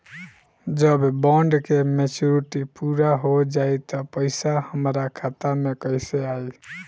जब बॉन्ड के मेचूरिटि पूरा हो जायी त पईसा हमरा खाता मे कैसे आई?